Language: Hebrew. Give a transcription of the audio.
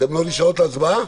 אתן לא נשארות להצבעה?